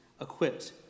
equipped